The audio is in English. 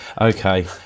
Okay